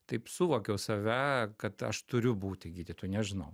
taip suvokiau save kad aš turiu būti gydytoju nežinau